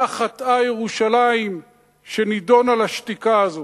מה חטאה ירושלים שנידונה לשתיקה הזאת?